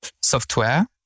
software